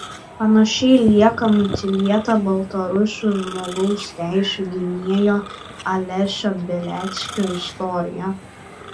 panašiai lieka nutylėta baltarusių žmogaus teisių gynėjo alesio beliackio istorija